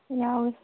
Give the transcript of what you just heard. ꯌꯥꯎꯏ